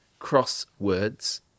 Crosswords